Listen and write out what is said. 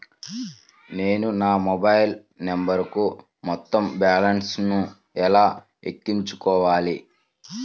నేను నా మొబైల్ నంబరుకు మొత్తం బాలన్స్ ను ఎలా ఎక్కించుకోవాలి?